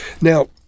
Now